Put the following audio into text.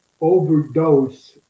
overdose